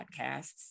podcasts